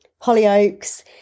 Hollyoaks